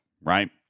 right